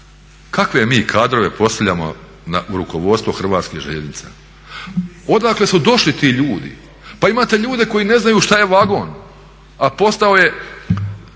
kakve mi kadrove postavljamo u rukovodstvo Hrvatskih željeznica? Odakle su došli ti ljudi? Pa imate ljude koji ne znaju što je vagon, a postao je